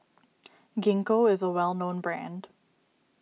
Gingko is a well known brand